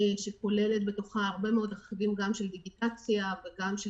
שכוללת בתוכה הרבה מאוד רכיבים של דיגיטציה וגם של